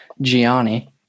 Gianni